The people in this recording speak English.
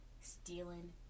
stealing